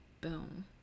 boom